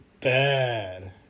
bad